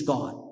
God